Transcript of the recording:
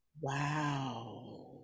Wow